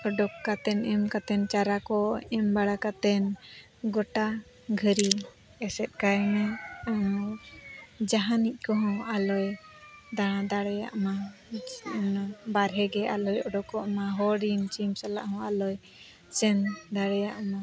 ᱩᱰᱩᱠ ᱠᱟᱛᱮᱫ ᱮᱢ ᱠᱟᱛᱮᱫ ᱪᱟᱨᱟ ᱠᱚ ᱮᱢ ᱵᱟᱲᱟ ᱠᱟᱛᱮᱫ ᱜᱚᱴᱟ ᱜᱷᱟᱹᱨᱤ ᱮᱥᱮᱫ ᱠᱟᱭᱢᱮ ᱡᱟᱦᱟᱸᱱᱤᱡ ᱠᱚᱦᱚᱸ ᱟᱞᱚᱭ ᱫᱟᱬᱟ ᱫᱟᱲᱮᱭᱟᱜ ᱢᱟ ᱵᱟᱨᱦᱮ ᱜᱮ ᱟᱞᱚᱭ ᱩᱰᱩᱠᱚᱜ ᱢᱟ ᱦᱚᱲ ᱤᱧ ᱥᱤᱢ ᱥᱟᱞᱟᱜ ᱦᱚᱸ ᱟᱞᱚᱭ ᱥᱮᱱ ᱫᱟᱲᱮᱭᱟᱜ ᱢᱟ